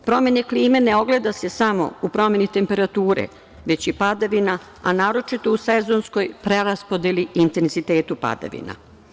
Promena klime ne ogleda se samo u promeni temperature, već i padavina, a naročito u sezonskoj preraspodeli intenzitetu padavina.